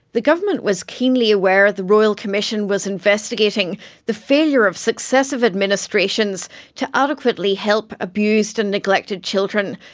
the government was keenly aware the royal commission was investigating the failure of successive administrations to adequately help abused and neglected children,